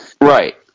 Right